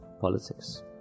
politics